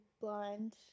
blind